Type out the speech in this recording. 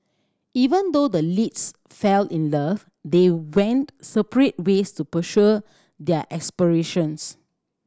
even though the leads fell in love they went separate ways to pursue their aspirations